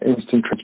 instant